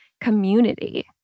community